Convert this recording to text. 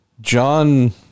John